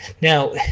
Now